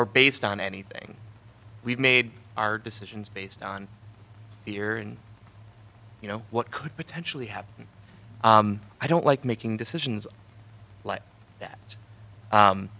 or based on anything we've made our decisions based on fear and you know what could potentially happen i don't like making decisions like that